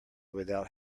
without